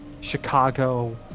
Chicago